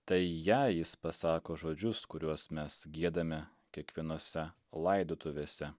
tai jai jis pasako žodžius kuriuos mes giedame kiekvienose laidotuvėse